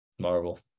Marvel